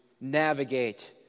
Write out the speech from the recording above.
navigate